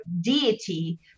deity